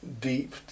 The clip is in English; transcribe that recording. Deep